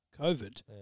COVID